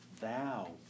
thou